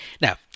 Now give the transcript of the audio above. Now